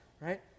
right